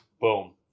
boom